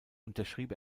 unterschrieb